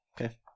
Okay